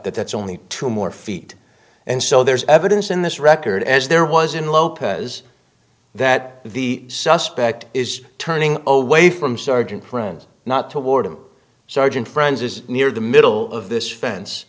but that's only two more feet and so there's evidence in this record as there was in lopez that the suspect is turning away from sergeant friends not toward him sergeant friends is near the middle of this fence